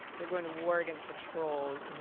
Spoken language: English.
they're going to war against the trolls,